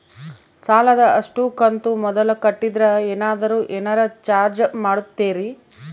ಸಾಲದ ಅಷ್ಟು ಕಂತು ಮೊದಲ ಕಟ್ಟಿದ್ರ ಏನಾದರೂ ಏನರ ಚಾರ್ಜ್ ಮಾಡುತ್ತೇರಿ?